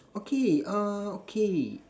okay uh okay